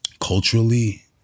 culturally